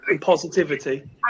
Positivity